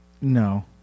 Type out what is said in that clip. No